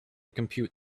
compute